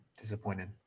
Disappointed